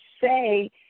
say